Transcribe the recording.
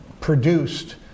produced